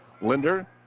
Linder